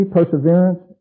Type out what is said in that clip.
perseverance